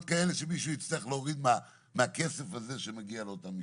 כאלה ושמישהו יצטרך להוריד מהכסף שמגיע לאותן משפחות.